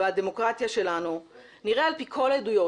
בדמוקרטיה שלנו נראה על פי כל העדויות,